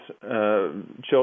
Children